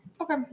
Okay